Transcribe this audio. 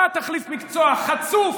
אתה תחליף מקצוע, חצוף.